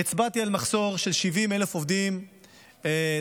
הצבעתי על מחסור של 70,000 עובדים זרים.